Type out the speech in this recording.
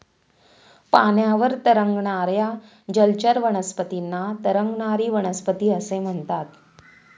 पाण्यावर तरंगणाऱ्या जलचर वनस्पतींना तरंगणारी वनस्पती असे म्हणतात